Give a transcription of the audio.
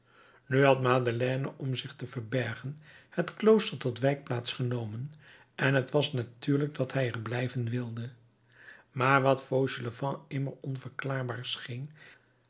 nu had madeleine om zich te verbergen het klooster tot wijkplaats genomen en t was natuurlijk dat hij er blijven wilde maar wat fauchelevent immer onverklaarbaar scheen